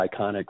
iconic